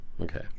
Okay